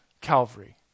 Calvary